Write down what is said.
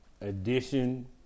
edition